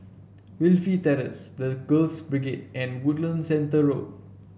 Wilkie Terrace The Girls Brigade and Woodlands Centre Road